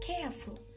careful